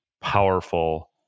powerful